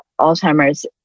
Alzheimer's